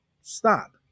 Stop